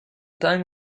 time